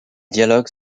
dialogues